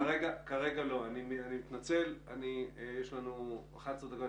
לא, אני מתנצל, יש לנו רק עוד 11 דקות.